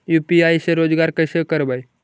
UPI से रोजगार कैसे करबय?